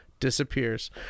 disappears